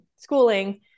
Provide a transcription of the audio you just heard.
schooling